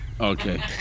Okay